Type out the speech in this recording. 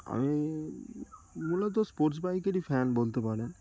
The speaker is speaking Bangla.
আমি মূলত স্পোর্টস বাইকেরই ফ্যান বলতে পারেন